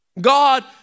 God